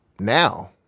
now